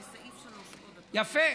יפה.